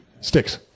Sticks